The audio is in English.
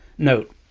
Note